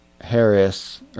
Harris